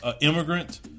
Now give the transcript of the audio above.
immigrant